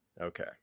Okay